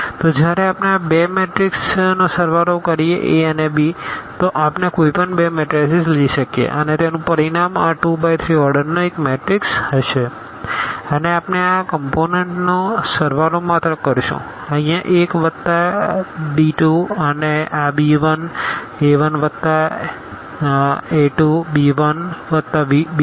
તો જયારે આપણે આ બે મેટ્રિક્સનો સળવાળો કરીએ a અને b તો આપણે કોઈ પણ બે મેટરાઈસીસ લઇ શકીએ અને તેનું પરિણામ આ 2×3 ઓર્ડર નો એક મેટ્રિક્સ હશે અને આપણે આ કોમપોનન્ટ નો સળવાળો માત્ર કરશું અહિયાં 1 વત્તા b 2 આ b 1 a 1 વત્તા a 2 b 1 વત્તા b 2